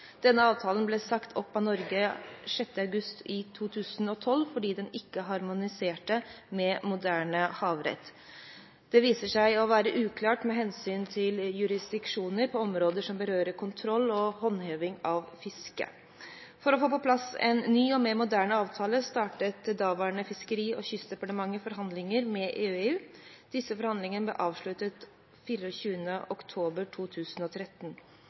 Denne avtalen ble sagt opp av Norge 6. august i 2012 fordi den ikke harmoniserte med moderne havrett. Den viste seg å være uklar med hensyn til jurisdiksjoner på områder som berører kontroll og håndheving av fiske. For å få på plass en ny og mer moderne avtale startet det daværende Fiskeri- og kystdepartementet forhandlinger med EU. Disse forhandlingene ble avsluttet 24. oktober 2013.